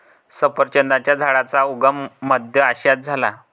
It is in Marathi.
सफरचंदाच्या झाडाचा उगम मध्य आशियात झाला